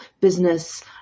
business